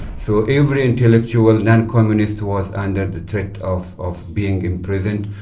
so every intellectual non-communist was under the threat of of being in prison,